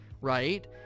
right